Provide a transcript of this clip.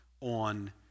on